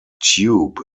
tube